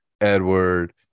edward